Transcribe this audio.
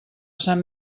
sant